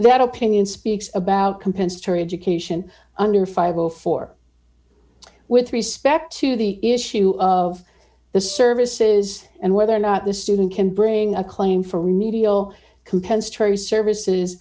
that opinion speaks about compensatory education under five hundred and four with respect to the issue of the services and whether or not the student can bring a claim for remedial compensatory services